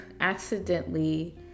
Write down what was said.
accidentally